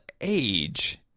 age